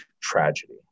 tragedy